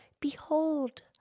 behold